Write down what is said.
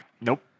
Nope